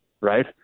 right